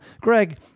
Greg